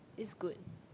is good